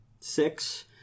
six